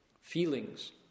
Feelings